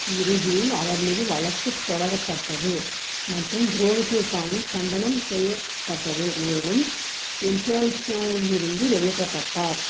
இறுதியில் அவர் மீது வழக்கு தொடரப்பட்டது மற்றும் துரோகத்திற்கான கண்டனம் செய்யப்பட்டது மேலும் இருந்து வெளியேற்றப்பட்டார்